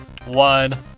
One